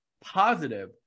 positive